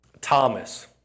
Thomas